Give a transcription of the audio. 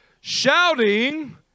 shouting